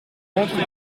entre